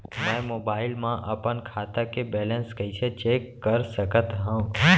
मैं मोबाइल मा अपन खाता के बैलेन्स कइसे चेक कर सकत हव?